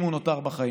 אם הוא נותר בחיים,